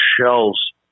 shells